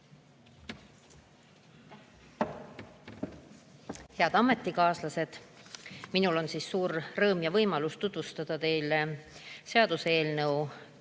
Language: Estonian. Head ametikaaslased! Minul on suur rõõm ja võimalus tutvustada teile seaduseelnõu